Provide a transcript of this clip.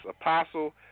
Apostle